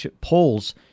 polls